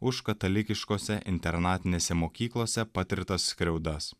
už katalikiškose internatinėse mokyklose patirtas skriaudas